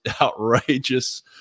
outrageous